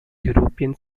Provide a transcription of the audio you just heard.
european